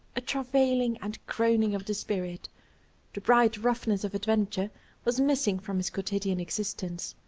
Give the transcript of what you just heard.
a travailing and groaning of the spirit the bright roughness of adventure was missing from his quotidian existence.